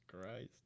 Christ